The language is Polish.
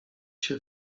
się